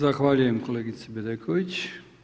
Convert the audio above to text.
Zahvaljujem kolegici Bedeković.